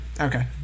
Okay